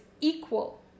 equal